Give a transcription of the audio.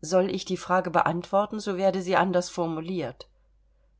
soll ich die frage beantworten so werde sie anders formuliert